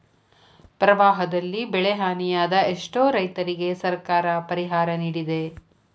ಪ್ರವಾಹದಲ್ಲಿ ಬೆಳೆಹಾನಿಯಾದ ಎಷ್ಟೋ ರೈತರಿಗೆ ಸರ್ಕಾರ ಪರಿಹಾರ ನಿಡಿದೆ